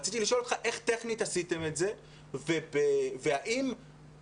רציתי לשאול אותך איך טכנית עשיתם את זה והאם בהינתן